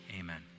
Amen